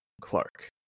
Clark